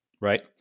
right